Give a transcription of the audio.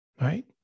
right